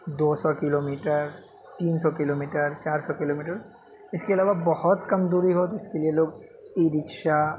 دو سو kilometre تین سو کلو میٹر چار سو کلو میٹر اس کے علاوہ بہت کم دوری ہو تو اس کے لیے لوگ ای رکشہ